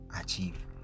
Achieve